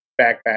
backpack